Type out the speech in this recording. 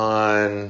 on